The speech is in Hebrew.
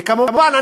וכמובן,